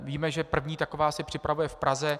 Víme, že první taková se připravuje v Praze.